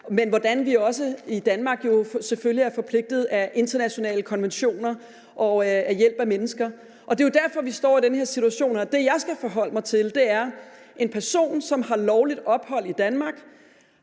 om, hvordan vi også i Danmark jo selvfølgelig er forpligtet af internationale konventioner og til at hjælpe mennesker. Det er jo derfor, vi står i den her situation, og det, jeg skal forholde mig til, er, at en person, som har lovligt ophold i Danmark,